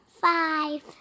Five